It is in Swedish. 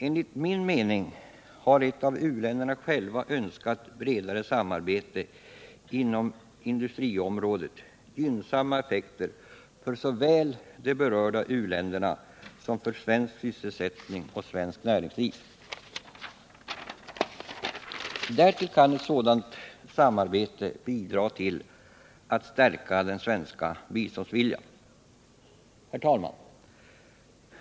Enligt min mening har ett av u-länderna själva önskat bredare samarbete inom industriområdet gynnsamma effekter såväl för de berörda uländerna som för svensk sysselsättning och svenskt näringsliv. Därtill kan sådant samarbete bidra till att stärka den svenska biståndsviljan. Herr talman!